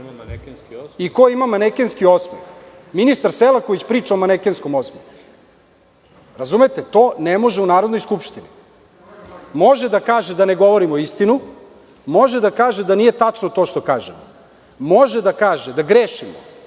i ko ima manekenski osmeh.